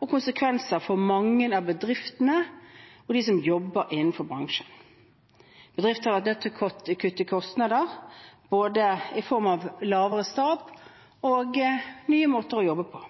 og konsekvenser for mange av bedriftene og dem som jobber innenfor bransjen. Bedrifter har vært nødt til å kutte kostnader, både i form av en mindre stab og nye måter å jobbe på.